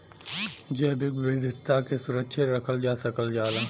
जैविक विविधता के सुरक्षित रखल जा सकल जाला